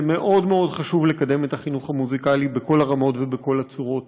זה מאוד מאוד חשוב לקדם את החינוך המוזיקלי בכל הרמות ובכל הצורות.